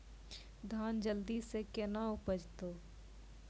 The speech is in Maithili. धान जल्दी से के ना उपज तो?